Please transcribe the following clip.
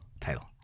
title